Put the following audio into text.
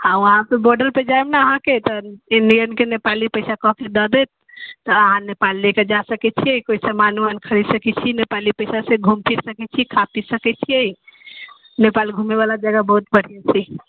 आ वहाँपर बॉर्डरपर जायब ने अहाँकेँ तऽ इंडियनके नेपाली पैसा कऽ के दऽ देत तऽ अहाँ नेपाल लऽ कऽ जा सकैत छियै कोइ समान उमान खरीद सकैत छियै नेपाली पैसासँ घूमि फिरि सकैत छी खा पी सकैत छियै नेपाल घूमयवला जगह बहुत बढ़िआँ छै